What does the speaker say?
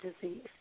disease